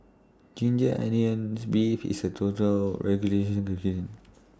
Ginger Onions Beef IS A